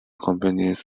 companies